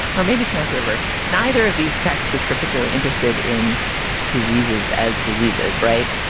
or maybe it's not the reverse. neither of these texts is particularly interested in diseases as diseases, right?